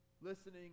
listening